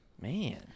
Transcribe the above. Man